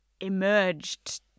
emerged